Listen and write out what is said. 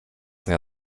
dnia